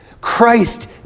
Christ